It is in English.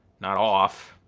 not off.